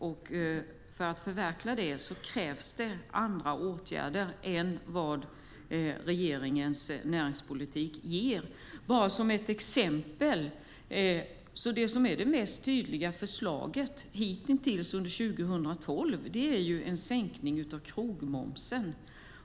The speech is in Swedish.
För att förverkliga det krävs andra åtgärder än vad regeringens näringspolitik ger. Det mest tydliga förslaget hittills under 2012 är en sänkning av krogmomsen.